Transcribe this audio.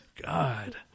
god